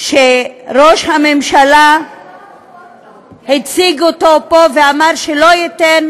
שראש הממשלה הציג אותו פה ואמר שלא ייתן